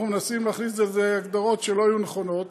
אנחנו מנסים להכניס הגדרות שלא היו נכונות,